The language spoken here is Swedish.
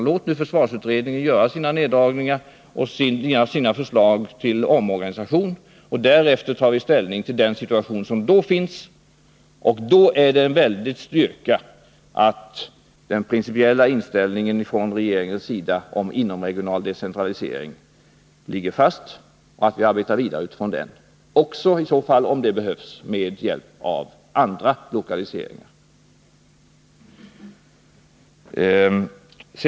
Låt nu försvarsutredningen göra sina neddragningar och sina förslag till omorganisation, och därefter tar vi ställning till den situation som uppstår. Då är det en väldig styrka att regeringens principiella inställning till inomregional decentralisering ligger fast och att vi arbetar vidare utifrån den, även — om det behövs — med hjälp av lokaliseringar.